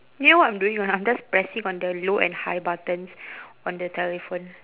you know what I'm doing or not I'm just pressing on the low and high buttons on the telephone